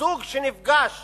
זוג שנפגש